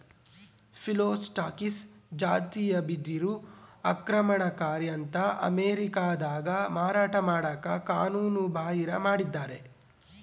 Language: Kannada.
ಫಿಲೋಸ್ಟಾಕಿಸ್ ಜಾತಿಯ ಬಿದಿರು ಆಕ್ರಮಣಕಾರಿ ಅಂತ ಅಮೇರಿಕಾದಾಗ ಮಾರಾಟ ಮಾಡಕ ಕಾನೂನುಬಾಹಿರ ಮಾಡಿದ್ದಾರ